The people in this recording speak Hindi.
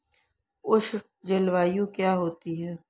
उष्ण जलवायु क्या होती है?